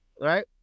Right